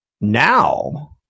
Now